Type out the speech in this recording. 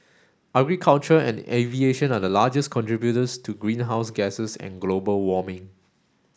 agriculture and aviation are the largest contributors to greenhouse gases and global warming